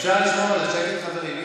אפשר לשמור על השקט, חברים.